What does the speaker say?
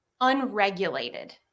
unregulated